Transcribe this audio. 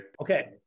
Okay